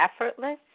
effortless